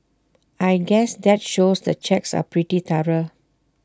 I guess that shows the checks are pretty thorough